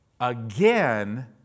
again